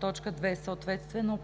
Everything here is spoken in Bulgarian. доклад; 2. съответствие на